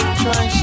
Try